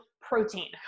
protein